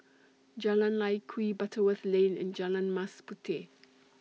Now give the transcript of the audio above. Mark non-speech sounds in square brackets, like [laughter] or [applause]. Jalan Lye Kwee Butterworth Lane and Jalan Mas Puteh [noise]